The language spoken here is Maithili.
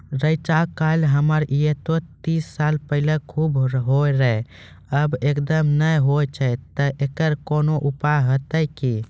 रेचा, कलाय हमरा येते तीस साल पहले खूब होय रहें, अब एकदम नैय होय छैय तऽ एकरऽ कोनो उपाय हेते कि?